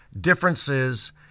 differences